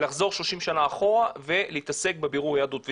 לחזור 30 שנה ולהתעסק בבירור יהדות.